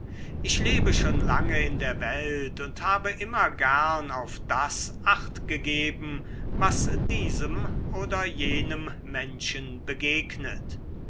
ich lebe schon lange in der welt und habe immer gern auf das achtgegeben was diesem oder jenem menschen begegnet